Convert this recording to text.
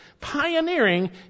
pioneering